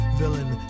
villain